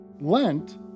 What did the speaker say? Lent